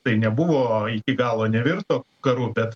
tai nebuvo iki galo nevirto karu bet